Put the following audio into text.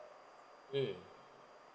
mm